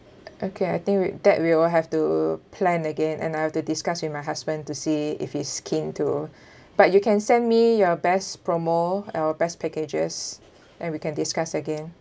okay I think we that we'll have to plan again and I have to discuss with my husband to see if he's keen to but you can send me your best promo or best packages and we can discuss again